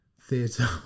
theatre